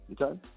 Okay